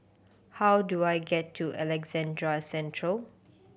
how do I get to Alexandra Central